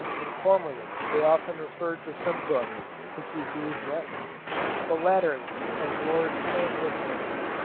and formerly they often referred to some book to see who was right but latterly, as lord stanhope noticed,